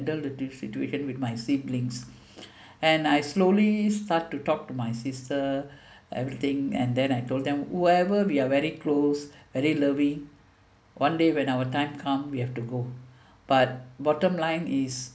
endure the situation with my siblings and I slowly start to talk to my sister everything and then I told them wherever we are very close very lovey one day when our time come we have to go but bottom line is